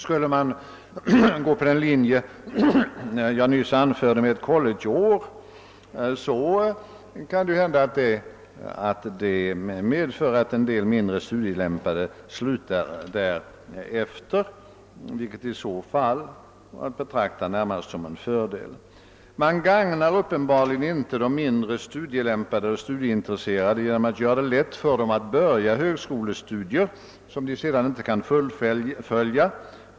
Skulle man gå på den linje jag nyss antydde och införa ett college-år, skulle det kanhända medföra att en del mindre studielämpade slutade därefter, vilket i så fall vore att betrakta närmast som en fördel. Man gagnar uppenbarligen inte de minde studielämpade och studieintresserade genom att göra det lätt för dem att inleda högskolestudier, som de sedan inte kan fullfölja.